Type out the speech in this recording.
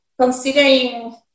considering